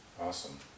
awesome